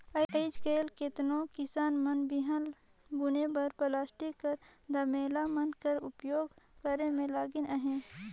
आएज काएल केतनो किसान मन बीहन बुने बर पलास्टिक कर धमेला मन कर उपियोग करे मे लगिन अहे